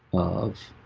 of